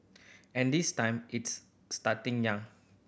and this time it's starting young